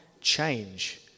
change